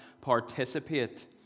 participate